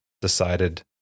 decided